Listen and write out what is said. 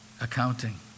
accounting